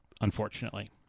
unfortunately